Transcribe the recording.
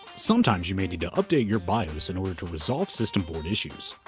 sometimes you may need to update your bios in order to resolve system board issues.